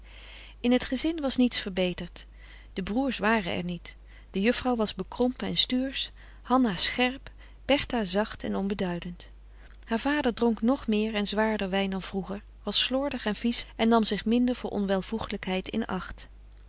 in t gezin was niets verbeterd de broers waren er niet de juffrouw was bekrompen en stuursch hanna scherp bertha zacht en onbeduidend haar vader dronk nog meer en zwaarder wijn dan vroeger was slordig en vies en nam zich minder voor onwelvoegelijkheid in acht